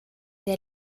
der